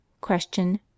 Question